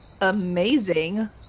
amazing